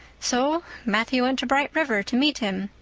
so matthew went to bright river to meet him.